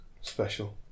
special